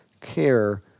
care